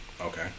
Okay